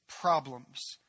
problems